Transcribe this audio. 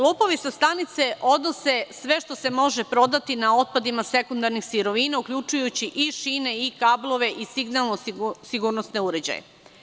Lopovi sa stanice odnose svešto se može prodati na otpadima sekundarnih sirovina, uključujući i šine i kablove i sigurnosne uređaje.